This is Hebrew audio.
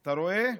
אתה רואה?